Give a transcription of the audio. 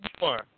more